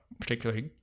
particularly